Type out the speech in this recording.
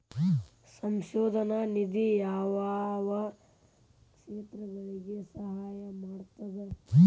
ಸಂಶೋಧನಾ ನಿಧಿ ಯಾವ್ಯಾವ ಕ್ಷೇತ್ರಗಳಿಗಿ ಸಹಾಯ ಮಾಡ್ತದ